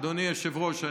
אדוני היושב-ראש,